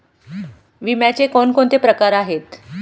विम्याचे कोणकोणते प्रकार आहेत?